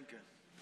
כן, כן.